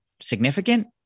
significant